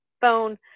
phone